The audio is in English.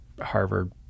Harvard